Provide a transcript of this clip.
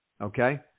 Okay